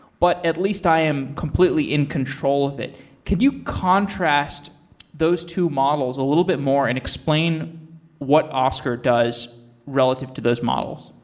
but at least i am completely in control of it can. could you contrast those two models a little bit more and explain what oscar does relative to those models?